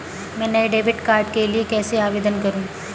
मैं नए debit card के लिए कैसे आवेदन करूं?